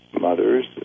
mothers